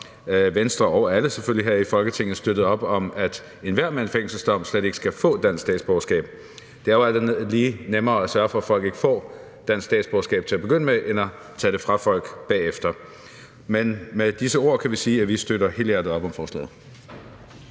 Venstre og alle selvfølgelig her i Folketinget støttede op om, at enhver med en fængselsdom slet ikke fik dansk statsborgerskab. Det er alt andet lige nemmere at sørge for, at folk ikke får dansk statsborgerskab til at begynde mad, end at tage det fra folk bagefter. Men med disse ord kan vi sige, at vi støtter helhjertet op om forslaget.